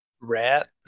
Rat